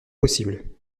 possible